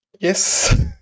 Yes